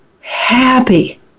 happy